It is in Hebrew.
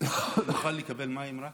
אוכל לקבל מים?